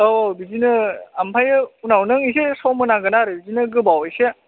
औ औ बिदिनो ओमफ्राय उनाव नों एसे सम होनांगोन आरो बिदिनो गोबाव एसे